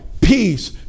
peace